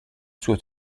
suo